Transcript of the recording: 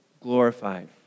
glorified